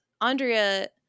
Andrea